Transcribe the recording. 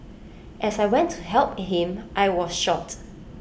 as I went to help him I was shot